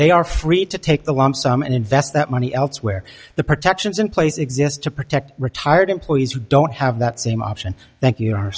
they are free to take the lump sum and invest that money elsewhere the protections in place exist to protect retired employees who don't have that same option thank you ar